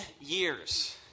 years